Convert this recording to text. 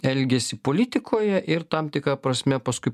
elgesį politikoje ir tam tikra prasme paskui